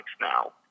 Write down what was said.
now